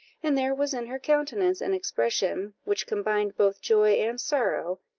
and there was in her countenance an expression which combined both joy and sorrow,